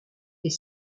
est